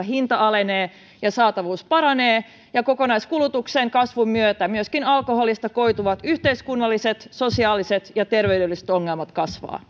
hinta alenee ja saatavuus paranee ja kokonaiskulutuksen kasvun myötä myöskin alkoholista koituvat yhteiskunnalliset sosiaaliset ja terveydelliset ongelmat kasvavat